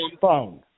phone